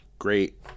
Great